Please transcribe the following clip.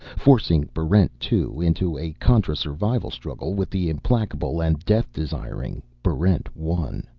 forcing barrent two into a contrasurvival struggle with the implacable and death-desiring barrent one.